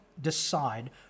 decide